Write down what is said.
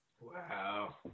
wow